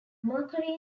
mercury